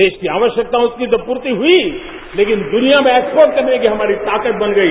देश की आवश्यकता की तो पूर्ति हुई लेकिन दुनिया में एक्सपोर्ट करने की हमारी ताकत बन गई